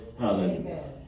Hallelujah